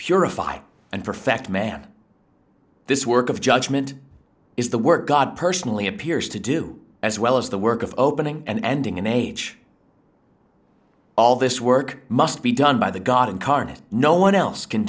purify and perfect man this work of judgement is the work god personally appears to do as well as the work of opening and ending in age all this work must be done by the god incarnate no one else can